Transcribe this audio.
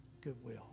Goodwill